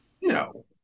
No